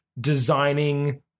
designing